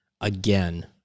again